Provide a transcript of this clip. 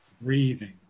breathing